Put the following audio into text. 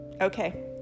Okay